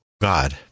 God